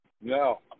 No